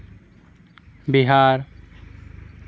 Bihar